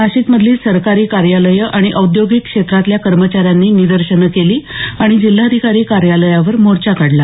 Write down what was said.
नाशिकमधली सरकारी कार्यालयं आणि औद्योगिक क्षेत्रातल्या कर्मचा यांनी निदर्शनं केली आणि जिल्हाधिकारी कार्यालयावर मोर्चा काढला